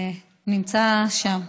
הוא נמצא שם.